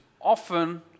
often